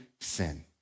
sin